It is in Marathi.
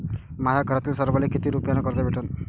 माह्या घरातील सर्वाले किती रुप्यान कर्ज भेटन?